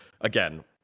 again